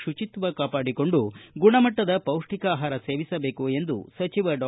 ಶುಚಿತ್ವ ಕಾಪಾಡಿಕೊಂಡು ಗುಣಮಟ್ಟದ ಪೌಷ್ಟಿಕ ಆಹಾರ ಸೇವಿಸಬೇಕು ಎಂದು ಸಚಿವ ಡಾ